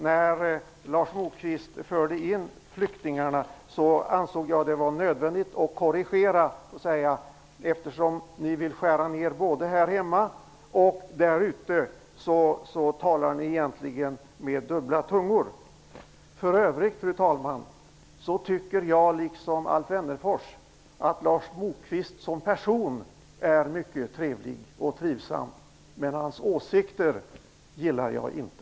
När Lars Moquist då förde in flyktingarna i debatten ansåg jag att det var nödvändigt att korrigera vad han sade; eftersom Ny demokrati vill skära ned anslagen både här hemma och där nere talar nydemokraterna här med dubbla tungor. För övrigt, fru talman, tycker jag liksom Alf Wennerfors att Lars Moquist som person är mycket trevlig och trivsam, men hans åsikter gillar jag inte.